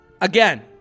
...again